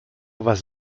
was